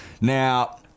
Now